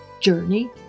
Journey